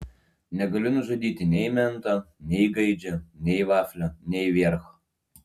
negaliu nužudyti nei mento nei gaidžio nei vaflio nei viercho